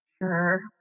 sure